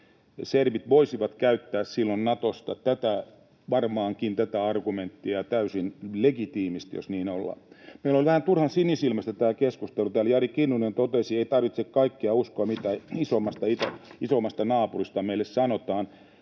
Serbit voisivat silloin käyttää Natosta tätä argumenttia varmaankin täysin legitiimisti, jos niin ollaan. Meillä on vähän turhan sinisilmäistä tämä keskustelu täällä. Jari Kinnunen totesi, että ei tarvitse kaikkea uskoa, mitä isommasta naapurista meille sanotaan.